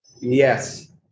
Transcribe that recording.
Yes